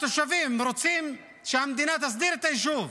התושבים רוצים שהמדינה תסדיר את היישוב,